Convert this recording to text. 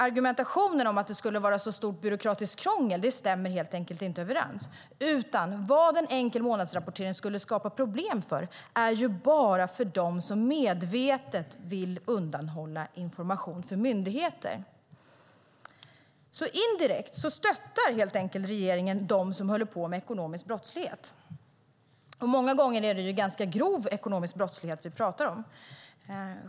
Argumentet att det skulle vara så stort byråkratiskt krångel stämmer helt enkelt inte. En enkel månadsrapportering skulle skapa problem bara för dem som medvetet vill undanhålla myndigheterna information. Indirekt stöttar regeringen alltså dem som håller på med ekonomisk brottslighet. Många gånger är det ganska grov ekonomisk brottslighet vi talar om.